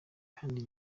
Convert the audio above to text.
kandi